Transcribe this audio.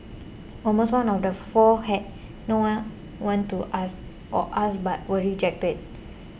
almost one on the four had no one one to ask or asked but were rejected